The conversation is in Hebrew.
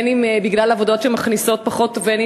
אם כשהן עובדות בעבודות שמכניסות פחות ואם